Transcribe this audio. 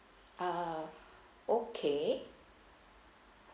err okay